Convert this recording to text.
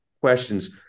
questions